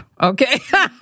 okay